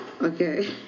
Okay